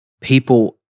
people